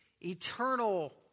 eternal